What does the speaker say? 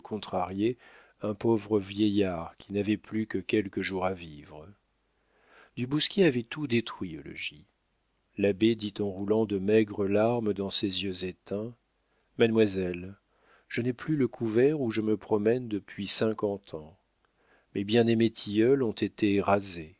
un pauvre vieillard qui n'avait plus que quelques jours à vivre du bousquier avait tout détruit au logis l'abbé dit en roulant de maigres larmes dans ses yeux éteints mademoiselle je n'ai plus le couvert où je me promène depuis cinquante ans mes bien-aimés tilleuls ont été rasés